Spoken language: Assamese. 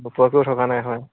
নোপোৱাকৈও থকা নাই হয় হয়